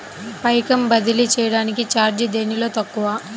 పైకం బదిలీ చెయ్యటానికి చార్జీ దేనిలో తక్కువ?